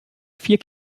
vier